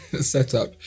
setup